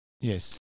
Yes